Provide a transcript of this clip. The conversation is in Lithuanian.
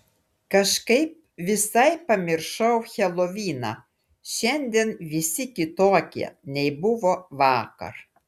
kažkaip visai pamiršau heloviną šiandien visi kitokie nei buvo vakar